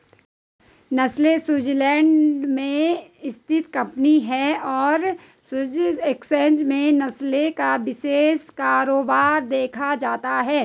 Nestle Switzerland में स्थित company है और स्विस एक्सचेंज में नेस्ले का विशेष कारोबार देखा जाता है